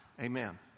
Amen